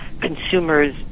consumers